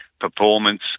performance